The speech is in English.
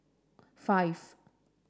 five